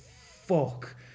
fuck